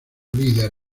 líder